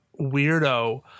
weirdo